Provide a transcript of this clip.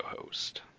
host